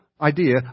idea